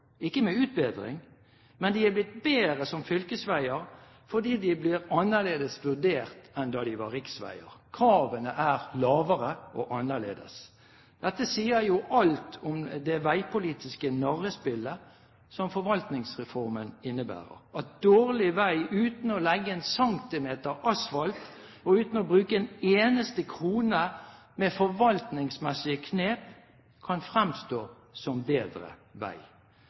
ikke med utbedring. De er blitt bedre som fylkesveier fordi de blir annerledes vurdert enn da de var riksveier. Kravene er lavere og annerledes. Dette sier jo alt om det veipolitiske narrespillet som Forvaltningsreformen innebærer, at dårlig vei uten å legge én centimeter asfalt og uten å bruke en eneste krone med forvaltningsmessige knep kan fremstå som bedre vei.